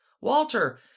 Walter